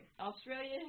Australia